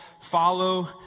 follow